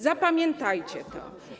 Zapamiętajcie to.